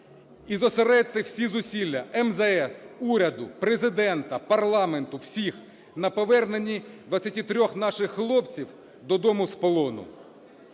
І зосередьте всі зусилля МЗС, уряду, Президента, парламенту – всіх на повернення 23 наших хлопців додому з полону.